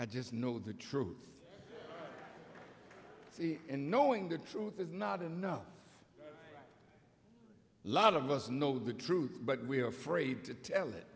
i just know the truth and knowing the truth is not enough lot of us know the truth but we are afraid to tell it